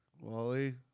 Wally